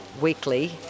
weekly